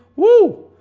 whoo,